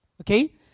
Okay